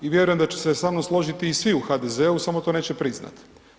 I vjerujem da će se sa mnom složiti i svi u HDZ-u samo to neće priznat.